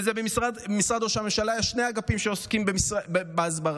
במשרד ראש הממשלה יש שני אגפים שעוסקים בהסברה.